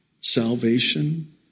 salvation